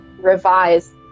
revise